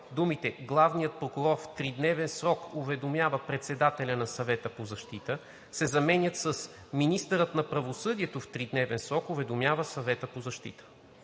думите „главният прокурор в тридневен срок уведомява председателя на Съвета по защита“ се заменят с „министърът на правосъдието в тридневен срок уведомява Съвета по защита“.“